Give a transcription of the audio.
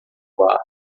bar